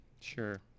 sure